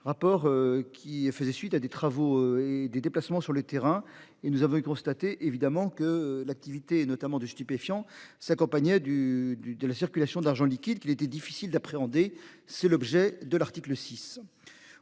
rapport. Qui faisait suite à des travaux et des déplacements sur le terrain et nous avons constaté évidemment que l'activité et notamment de stupéfiants s'accompagnait du du de la circulation d'argent liquide qu'il était difficile d'appréhender, c'est l'objet de l'article 6.